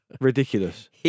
Ridiculous